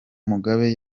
mugabe